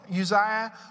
Uzziah